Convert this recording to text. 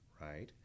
right